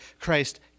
Christ